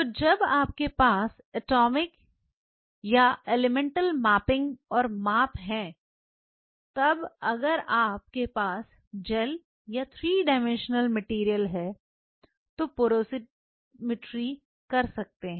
तो जब आपके पास एटॉमिक या एलिमेंटल मैपिंग और माप है तब अगर आप के पास जेल या 3 डाइमेंशनल मेटीरियल है तो पोरोसीमेट्री कर सकते हैं